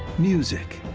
music,